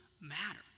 matter